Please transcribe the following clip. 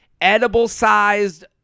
edible-sized